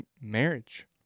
marriage